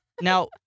Now